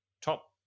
top